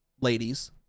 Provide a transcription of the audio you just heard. ladies